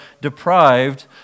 deprived